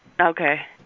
Okay